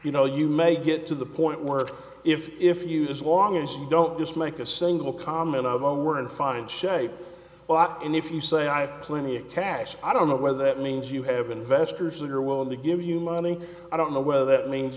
you know you may get to the point where if if you as long as you don't just make a single comment on work and find shape a lot and if you say i have plenty of cash i don't know whether that means you have investors who are willing to give you money i don't know whether that means